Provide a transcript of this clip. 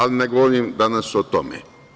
Ali, ne govorim danas o tome.